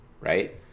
right